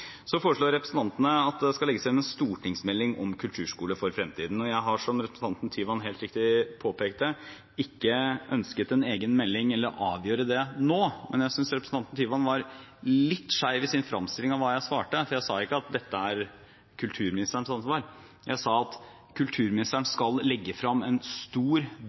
Så foreslår representantene at det skal legges frem en stortingsmelding om kulturskole for fremtiden. Jeg har, som representanten Tyvand helt riktig påpekte, ikke ønsket en egen melding eller å avgjøre det nå, men jeg synes representanten Tyvand var litt skjev i sin framstilling av hva jeg svarte, for jeg sa ikke at dette er kulturministerens ansvar. Jeg sa at kulturministeren skal legge frem en stor,